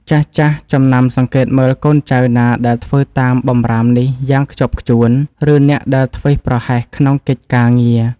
ចាស់ៗចំណាំសង្កេតមើលកូនចៅណាដែលធ្វើតាមបម្រាមនេះយ៉ាងខ្ជាប់ខ្ជួន ឬអ្នកដែលធ្វេសប្រហែសក្នុងកិច្ចការងារ។